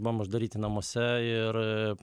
buvom uždaryti namuose ir